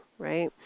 right